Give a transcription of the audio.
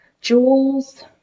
jewels